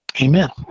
amen